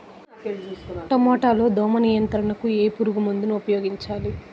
టమాటా లో దోమ నియంత్రణకు ఏ పురుగుమందును ఉపయోగించాలి?